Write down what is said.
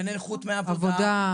לנכות מעבודה,